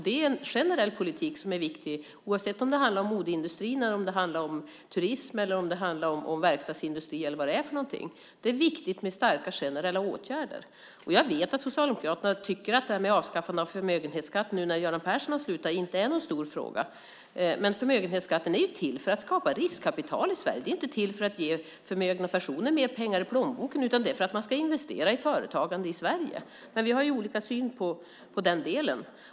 Det är en generell politik som är viktig oavsett om det handlar om modeindustrin, turismen, verkstadsindustrin eller vad det kan vara för någonting. Det är viktigt med starka generella åtgärder. Jag vet att Socialdemokraterna tycker att det här med avskaffande av förmögenhetsskatten, nu när Göran Persson har slutat, inte är någon stor fråga. Men detta med förmögenhetsskatten är ju till för att skapa riskkapital i Sverige. Det är inte till för att ge förmögna personer mer pengar i plånboken, utan det är till för att man ska investera i företagande i Sverige. Men vi har olika syn i den delen.